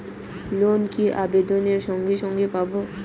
Loan কি আবেদনের সঙ্গে সঙ্গে পাব?